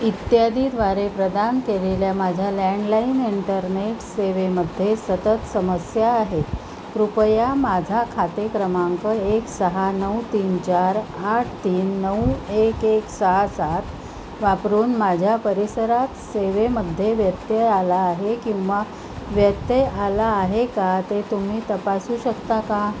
इत्यादीद्वारे प्रदान केलेल्या माझ्या लँडलाईन इंटरनेट सेवेमध्ये सतत समस्या आहेत कृपया माझा खाते क्रमांक एक सहा नऊ तीन चार आठ तीन नऊ एक एक सहा सात वापरून माझ्या परिसरात सेवेमध्ये व्यत्यय आला आहे किंवा व्यत्यय आला आहे का ते तुम्ही तपासू शकता का